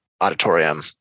auditorium